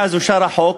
מאז אושר החוק,